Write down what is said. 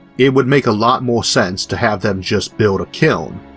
it would make a lot more sense to have them just build a kiln,